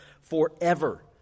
forever